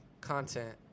content